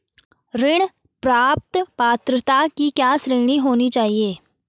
ऋण प्राप्त पात्रता की क्या श्रेणी होनी चाहिए?